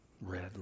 red